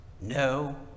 no